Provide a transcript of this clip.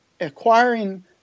acquiring